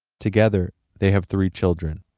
together they have three children,